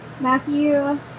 Matthew